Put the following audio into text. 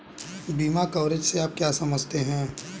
बीमा कवरेज से आप क्या समझते हैं?